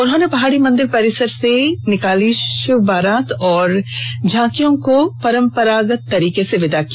उन्होंने पहाड़ी मंदिर परिसर से निकली षिव बारात और झाकियों को परंपरागत तरीके से विदा किया